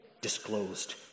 disclosed